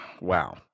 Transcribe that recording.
wow